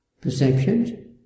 perceptions